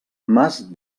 mas